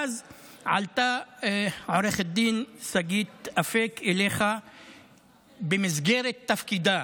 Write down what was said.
ואז עלתה אליך עו"ד שגית אפיק במסגרת תפקידה.